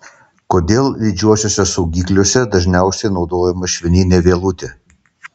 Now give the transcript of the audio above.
kodėl lydžiuosiuose saugikliuose dažniausiai naudojama švininė vielutė